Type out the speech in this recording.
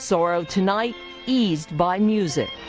sorrow tonight eased by music.